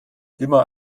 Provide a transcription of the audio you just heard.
immer